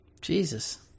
Jesus